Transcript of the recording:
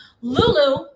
Lulu